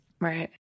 Right